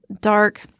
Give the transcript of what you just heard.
dark